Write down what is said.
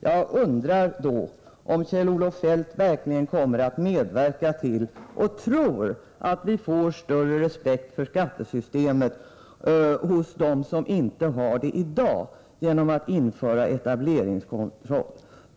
Jag undrar då om Kjell-Olof Feldt verkligen kommer att medverka till att införa etableringskontroll och om han tror att vi genom det får större respekt för skattesystemet hos dem som inte har det i dag.